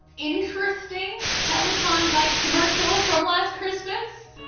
interesting peloton bike commercial from last christmas,